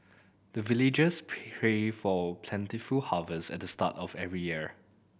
the villagers pray for plentiful harvest at the start of every year